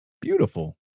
Beautiful